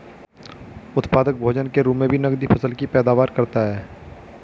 उत्पादक भोजन के रूप मे भी नकदी फसल की पैदावार करता है